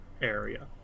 area